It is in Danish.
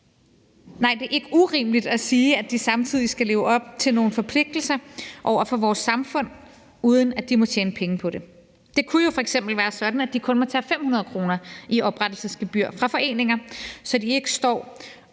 er det absolut ikke urimeligt at sige, at de samtidig skal leve op til nogle forpligtelser over for vores samfund, uden at de må tjene penge på det. Det kunne jo f.eks. være sådan, at de kun må tage 500 kr. i oprettelsesgebyr fra foreninger, så de ikke står